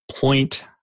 point